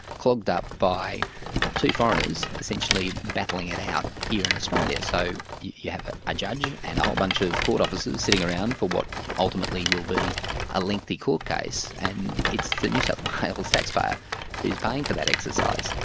clogged up by two foreigners, essentially battling it out here in australia. so you have a judge and a whole bunch of court officers sitting around for what ultimately will be a lengthy court case, and it's the new south wales taxpayer who's paying for that exercise.